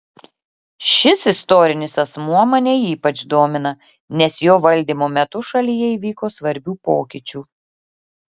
šis istorinis asmuo mane ypač domina nes jo valdymo metu šalyje įvyko svarbių pokyčių